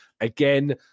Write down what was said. Again